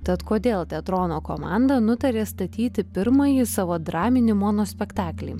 tad kodėl teatrono komanda nutarė statyti pirmąjį savo draminį monospektaklį